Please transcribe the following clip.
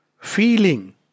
feeling